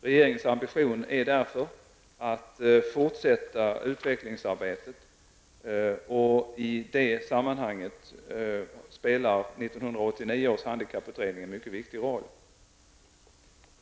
Regeringens ambition är därför att fortsätta utvecklingsarbetet, och i det sammanhanget spelar 1989 års handikapputredning en mycket viktig roll.